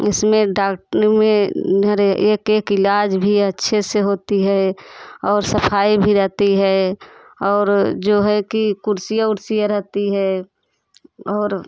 इसमें डालने में अरे एक एक इलाज भी अच्छे से होता है और सफाई भी रहती है और जो है की कुर्सियाँ उर्सियाँ रहती हैं और